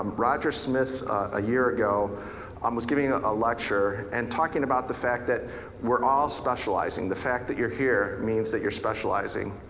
rodger smith a year ago um was giving ah a lecture and talking about the fact that we're all specializing. the fact that you're here means that you're specializing.